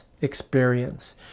experience